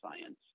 science